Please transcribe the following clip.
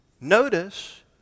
Notice